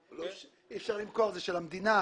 אי אפשר למכור, זה של המדינה.